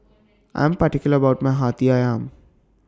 I Am particular about My Hati Ayam